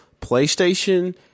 PlayStation